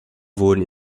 wurden